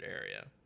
area